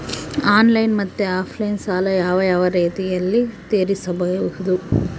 Online ಮತ್ತೆ offline ಸಾಲ ಯಾವ ಯಾವ ರೇತಿನಲ್ಲಿ ತೇರಿಸಬಹುದು?